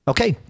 Okay